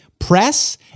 Press